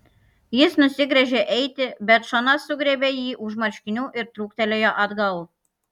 jis nusigręžė eiti bet šona sugriebė jį už marškinių ir trūktelėjo atgal